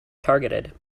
targeted